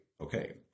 okay